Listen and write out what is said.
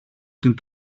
την